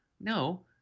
No